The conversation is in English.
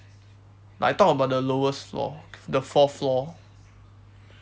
like I talk about the lowest floor the fourth floor